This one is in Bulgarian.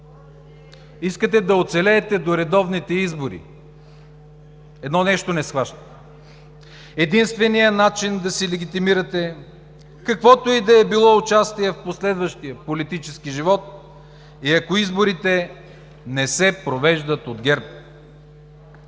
Искате да оцелеете до редовните избори. Едно нещо не схващате – единственият начин да си легитимирате, каквото и да било участие в последващия политически живот, е ако изборите не се провеждат от ГЕРБ.